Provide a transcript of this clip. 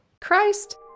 Christ